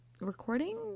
recording